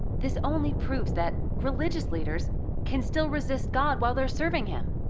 this only proves that religious leaders can still resist god while they're serving him.